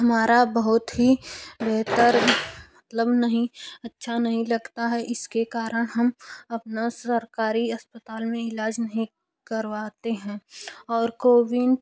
हमारा बहुत ही बेहतर मतलब नहीं अच्छा नहीं लगता है इसके कारण हम अपना सरकारी अस्पताल में इलाज नहीं करवाते हैं और कोविंट